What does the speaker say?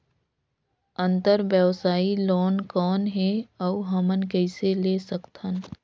अंतरव्यवसायी लोन कौन हे? अउ हमन कइसे ले सकथन?